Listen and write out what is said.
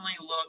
look